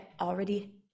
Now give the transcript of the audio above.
already